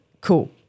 cool